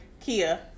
Kia